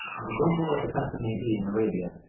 i don't know what the custom may be in arabia,